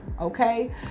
okay